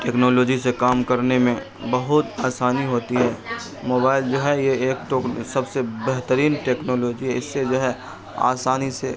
technology سے کام کرنے میں بہت آسانی ہوتی ہے موبائل جو ہے یہ ایک تو سب سے بہترین ٹیکنالوجی ہے اس سے جو ہے آسانی سے